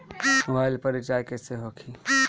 Mobile पर recharge कैसे होखी?